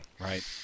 Right